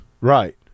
right